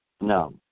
No